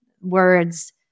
words